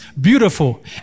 beautiful